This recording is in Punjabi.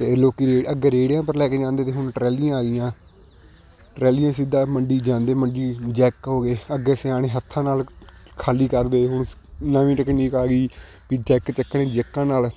ਅਤੇ ਲੋਕ ਰੇ ਅੱਗੇ ਰੇੜ੍ਹਿਆ ਪਰ ਲੈ ਕੇ ਜਾਂਦੇ ਤੇ ਹੁਣ ਟਰਾਲੀਆਂ ਆ ਗਈਆਂ ਟਰਾਲੀਆਂ ਸਿੱਧਾ ਮੰਡੀ ਜਾਂਦੇ ਮੰਡੀ ਜੈੱਕ ਹੋ ਗਏ ਅੱਗੇ ਸਿਆਣੇ ਹੱਥਾਂ ਨਾਲ ਖਾਲੀ ਕਰਦੇ ਹੁਣ ਨਵੀਂ ਟਕਨੀਕ ਆ ਗਈ ਵੀ ਜੈੱਕ ਚੱਕਣੇ ਜੈੱਕਾਂ ਨਾਲ